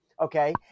okay